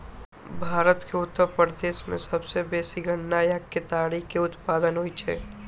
भारत के उत्तर प्रदेश मे सबसं बेसी गन्ना या केतारी के उत्पादन होइ छै